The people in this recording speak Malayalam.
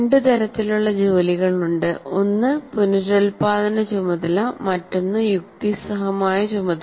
രണ്ട് തരത്തിലുള്ള ജോലികൾ ഉണ്ട് ഒന്ന് പുനരുൽപാദന ചുമതല മറ്റൊന്ന് യുക്തിസഹമായ ചുമതല